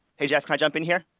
hey, jeff. jump in here?